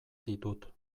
ditut